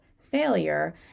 failure